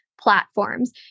platforms